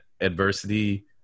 adversity